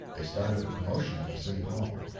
they started a commotion at the city hall.